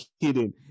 kidding